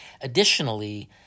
Additionally